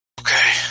okay